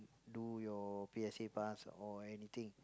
do your P_S_A pass or anything